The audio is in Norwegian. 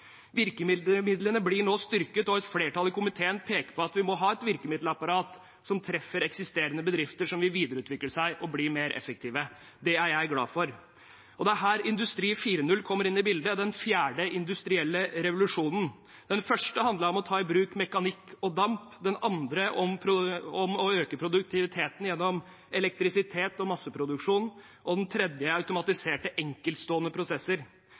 blir nå styrket, og et flertall i komiteen peker på at vi må ha et virkemiddelapparat som treffer eksisterende bedrifter som vil videreutvikle seg og bli mer effektive. Det er jeg glad for. Det er her industri 4.0 kommer inn i bildet: den fjerde industrielle revolusjonen. Den første handlet om å ta i bruk mekanikk og damp, den andre om å øke produktiviteten gjennom elektrisitet og masseproduksjon og den tredje om automatiserte enkeltstående prosesser.